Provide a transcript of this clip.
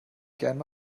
gerne